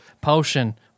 potion